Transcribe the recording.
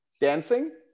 Dancing